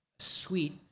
sweet